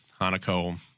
Hanako